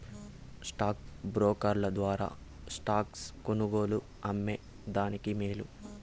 stock బ్రోకర్ల ద్వారా stocks కొనుగోలు, అమ్మే దానికి మేలు